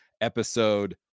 episode